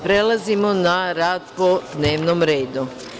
Prelazimo na rad po dnevnom redu.